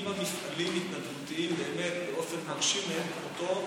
שהקימה מפעלים התנדבותיים באופן מרשים מאין כמותו,